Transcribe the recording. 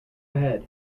ahead